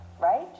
right